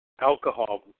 alcohol